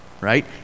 right